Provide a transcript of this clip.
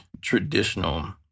traditional